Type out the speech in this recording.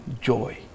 joy